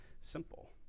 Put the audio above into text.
simple